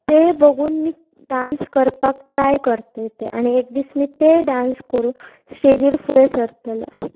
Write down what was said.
ते बघून मी डांस करपाक ट्राय करत ते आनी एक दीस मी ते डांस करूं स्टेजीर फुडें सरतलं